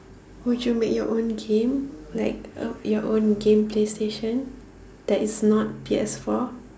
would you make your own game like uh your own game play station that is not P_S four